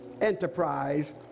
enterprise